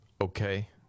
okay